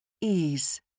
Ease